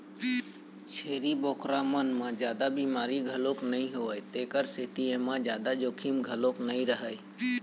छेरी बोकरा मन म जादा बिमारी घलोक नइ होवय तेखर सेती एमा जादा जोखिम घलोक नइ रहय